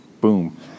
boom